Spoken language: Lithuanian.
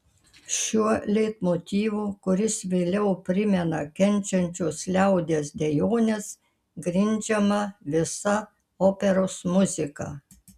šiuo leitmotyvu kuris vėliau primena kenčiančios liaudies dejones grindžiama visa operos muzika